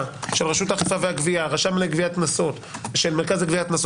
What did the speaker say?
של רשות האכיפה והגבייה של המרכז לגביית קנסות או